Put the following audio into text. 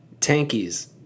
Tankies